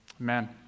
Amen